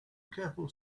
careful